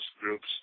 groups